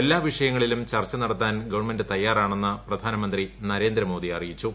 എല്ലാ വിഷയങ്ങളിലും ചർച്ച നടത്താൻ ഗവൺമെന്റ് തയ്യാറാണെന്ന് പ്രധാനമന്ത്രി നരേന്ദ്രമോദി അറിയിച്ചു